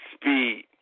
speed